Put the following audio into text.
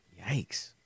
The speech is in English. Yikes